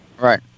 right